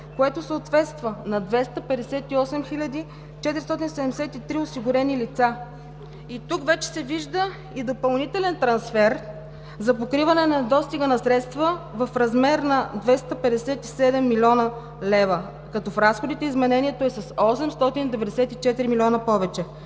което съответства на 258 хиляди 473 осигурени лица. И тук вече се вижда и допълнителен трансфер за покриване недостига на средства в размер на 257 млн. лв., като в разходите изменението е с 894 млн. лв. повече.